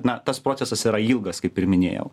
na tas procesas yra ilgas kaip ir minėjau